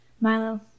Milo